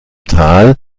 tal